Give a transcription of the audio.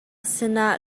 sinah